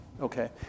Okay